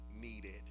needed